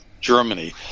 germany